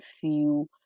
feel